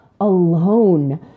alone